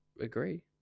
agree